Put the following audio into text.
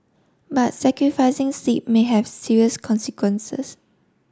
but sacrificing sleep may have serious consequences